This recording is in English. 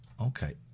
okay